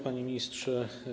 Panie Ministrze!